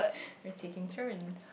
we're taking turns